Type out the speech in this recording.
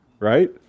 Right